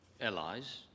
allies